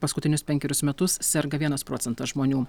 paskutinius penkerius metus serga vienas procentas žmonių